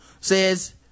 says